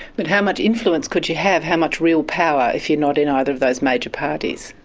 but how much influence could you have, how much real power if you're not in either of those major parties?